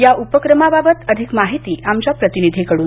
या उपक्रमाबाबत अधिक माहिती आमच्या प्रतिनिधीकडून